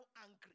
angry